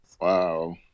Wow